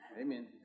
Amen